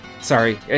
Sorry